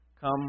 come